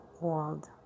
world